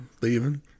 leaving